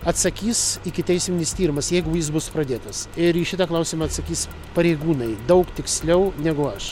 atsakys ikiteisminis tyrimas jeigu jis bus pradėtas ir į šitą klausimą atsakys pareigūnai daug tiksliau negu aš